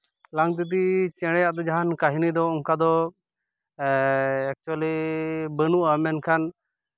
ᱞᱟᱝᱛᱤᱛᱤ ᱪᱮᱬᱮᱭᱟᱜ ᱫᱚ ᱡᱟᱦᱟᱱ ᱠᱟᱹᱦᱱᱤ ᱫᱚ ᱚᱱᱠᱟ ᱫᱚ ᱮᱠᱪᱩᱞᱞᱤ ᱵᱟᱹᱱᱩᱜᱼᱟ ᱢᱮᱱᱠᱷᱟᱱ